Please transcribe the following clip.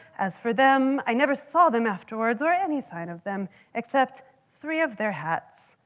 as for them, i never saw them afterwards or any sign of them except three of their hats,